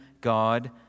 God